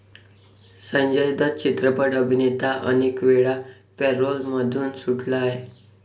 संजय दत्त चित्रपट अभिनेता अनेकवेळा पॅरोलमधून सुटला आहे